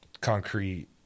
concrete